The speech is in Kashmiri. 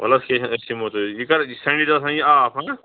وَل حظ کیٚنہہ چھِنہٕ أسۍ یِمو تۄہہِ یہِ کر یہِ چھِ سَنڈے دۄہ آسان یہِ آف ہا